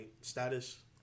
status